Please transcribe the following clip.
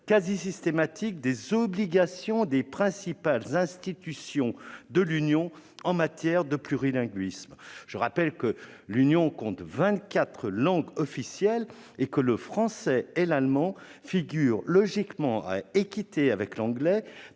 quasi systématique des obligations des principales institutions de l'Union en matière de plurilinguisme. Je rappelle que l'Union compte vingt-quatre langues officielles et que le français et l'allemand figurent logiquement, à équité avec l'anglais,